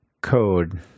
code